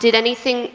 did anything,